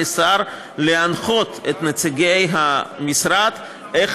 אסור לשר להנחות את נציגי המשרד איך